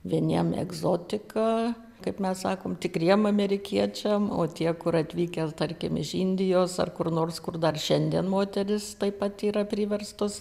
vieniems egzotika kaip mes sakom tikriem amerikiečiams o tie kur atvykę tarkim iš indijos ar kur nors kur dar šiandien moteris taip pat yra priverstos